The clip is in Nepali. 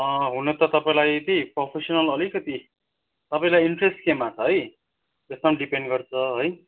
हुन त तपाईँलाई कि प्रोफेस्नल अलिकति तपाईँलाई इन्ट्रेस्ट केमा छ है त्यसमा डिपेन्ड गर्छ है